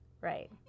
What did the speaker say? Right